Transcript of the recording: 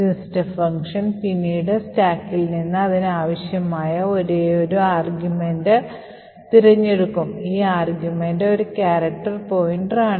system function പിന്നീട് സ്റ്റാക്കിൽ നിന്ന് അതിന് ആവശ്യമായ ഒരേയൊരു ആർഗ്യുമെന്റും തിരഞ്ഞെടുക്കും ഈ ആർഗ്യുമെന്റ് ഒരു ക്യാരക്ടർ പോയിന്ററും ആണ്